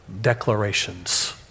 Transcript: declarations